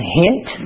hint